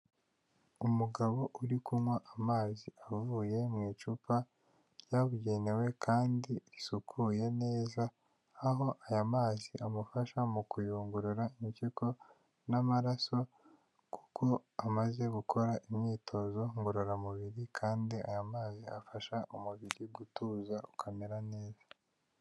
Umugabo uri kunywa amazi avuye mu icupa ryabugenewe kandi risukuye neza aho aya mazi amufasha mu kuyungurura impyiko n'amaraso kuko amaze gukora imyitozo ngororamubiri kandi aya mazi afasha umubiri gutuza ukamera neza.